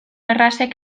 errazek